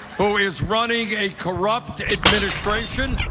who is running a corrupt administration,